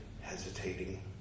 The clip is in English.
hesitating